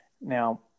Now